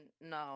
no